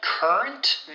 Current